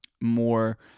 more